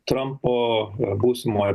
trampo būsimoj